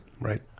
Right